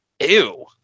ew